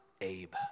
abe